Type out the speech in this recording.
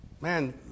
Man